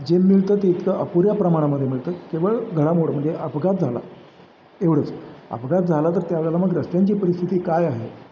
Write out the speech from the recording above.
जे मिळतं ते इतकं अपुऱ्या प्रमाणामध्ये मिळतं केवळ घडामोड म्हणजे अपघात झाला एवढंच अपघात झाला तर त्यावेळेला मग रस्त्यांची परिस्थिती काय आहे